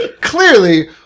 Clearly